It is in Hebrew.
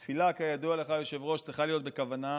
תפילה, כידוע לך, היושב-ראש, צריכה להיות בכוונה,